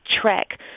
track